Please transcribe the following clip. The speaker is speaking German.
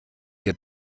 ihr